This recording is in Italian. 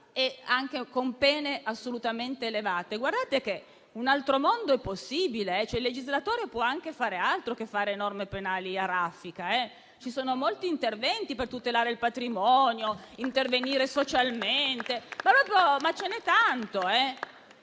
anche con pene assolutamente elevate. Guardate che un altro mondo è possibile, cioè il legislatore può anche fare altro che non norme penali a raffica. Sono molti gli interventi per tutelare il patrimonio: si può intervenire socialmente, sono tante